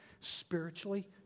spiritually